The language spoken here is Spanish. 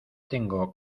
tengo